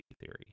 theory